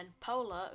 Polar